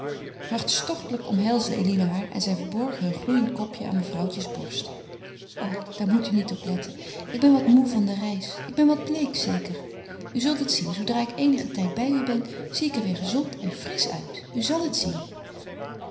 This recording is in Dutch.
hartstochtelijk omhelsde eline haar en zij verborg haar gloeiend kopje aan mevrouwtjes borst o daar moet u niet op letten ik ben wat moê van de reis ik ben wat bleek zeker u zal het zien zoodra ik eenigen tijd bij u ben zie ik er weêr gezond en frisch uit u zal het zien